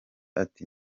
ati